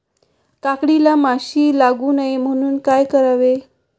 काकडीला माशी लागू नये म्हणून काय करावे?